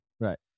right